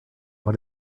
what